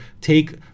take